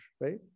right